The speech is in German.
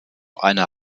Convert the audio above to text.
eine